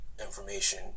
information